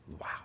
Wow